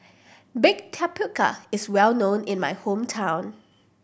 baked tapioca is well known in my hometown